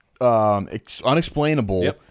unexplainable